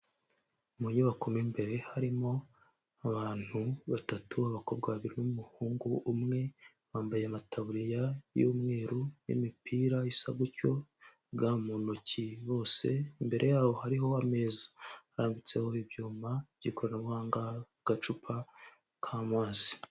Mu nyubako mo imbere harimo abantu batatu, abakobwa babiri n'umuhungu umwe bambaye amataburiya y'umweru n'imipira isa gutyo, ga mu ntoki bose, imbere yaho hariho ameza. Arambitseho ibyuma by'ikoranabuhanga, agacupa k'amazi.